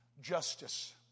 Justice